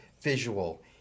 visual